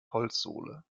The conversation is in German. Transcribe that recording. holzsohle